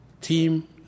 Team